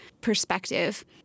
perspective